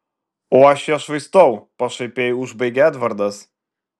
o aš ją švaistau pašaipiai užbaigė edvardas